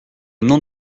nom